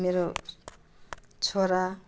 मेरो छोरा